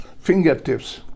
fingertips